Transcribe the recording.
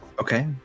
Okay